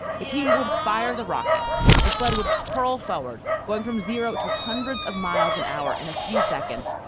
the team would fire the rockets. the sled would curl forward going from zero to hundreds of miles an hour and a few seconds.